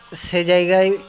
সেই জায়গায়